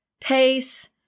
pace